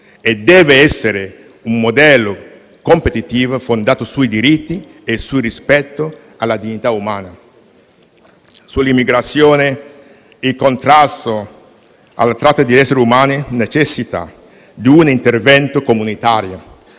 e deve essere un modello competitivo fondato sui diritti e sul rispetto della dignità umana. Sul tema dell'immigrazione, il contrasto alla tratta degli esseri umani necessita di un intervento comunitario,